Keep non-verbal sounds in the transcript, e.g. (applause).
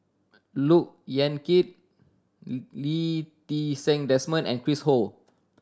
Look Yan Kit (unintelligible) Lee Ti Seng Desmond and Chris Ho